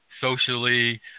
socially